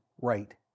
right